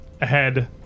ahead